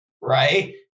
right